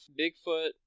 Bigfoot